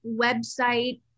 website